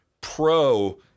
pro